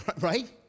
Right